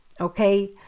okay